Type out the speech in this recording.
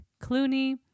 Clooney